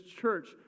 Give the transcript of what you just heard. church